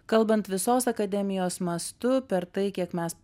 kalbant visos akademijos mastu per tai kiek mes